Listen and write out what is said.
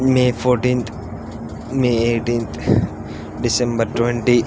May fourteenth May eighteenth December twenty